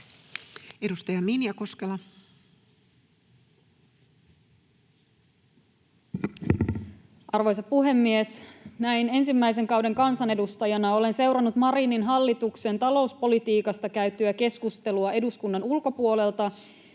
Edustaja Minja Koskela. Arvoisa puhemies! Näin ensimmäisen kauden kansanedustajana olen seurannut Marinin hallituksen talouspolitiikasta käytyä keskustelua eduskunnan ulkopuolelta,